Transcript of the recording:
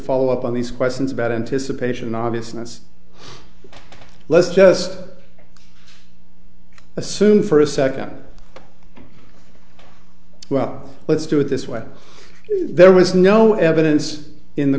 follow up on these questions about anticipation obviousness let's just assume for a second well let's do it this way there was no evidence in the